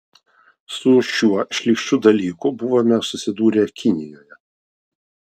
su šiuo šlykščiu dalyku buvome susidūrę kinijoje